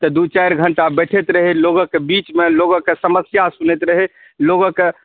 तऽ दू चारि घण्टा बैठैत रहै लोककके बीचमे लोकके समस्या सुनैत रहै लोकके